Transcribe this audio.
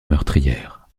meurtrières